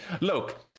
Look